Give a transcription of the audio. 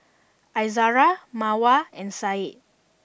Izara Mawar and Syed